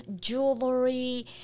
jewelry